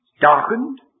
Darkened